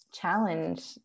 challenge